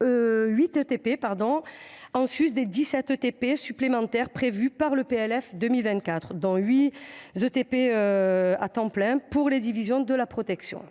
8 ETPT, en sus des 17 ETPT supplémentaires prévus par le présent texte, dont 8 pour la division de la protection.